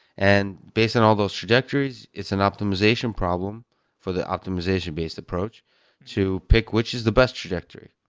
and based on all those trajectories, it's an optimization problem for the optimization based approach to pick which is the best trajectory.